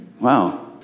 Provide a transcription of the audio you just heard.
wow